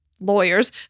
lawyers